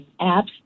apps